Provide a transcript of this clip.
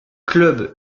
club